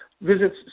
visits